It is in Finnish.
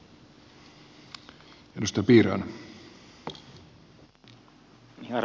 arvoisa puhemies